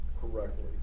correctly